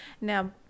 now